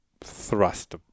thrust